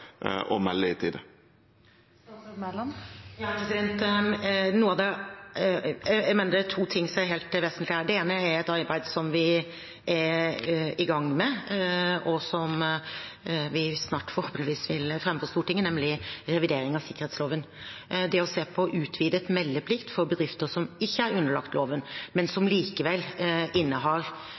melde i tide? Jeg mener det er to ting som er helt vesentlig her. Det ene er det arbeidet som vi er i gang med, og som vi forhåpentligvis snart vil fremme for Stortinget, nemlig revidering av sikkerhetsloven. Det er å se på utvidet meldeplikt for bedrifter som ikke er underlagt loven, men som likevel innehar